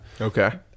Okay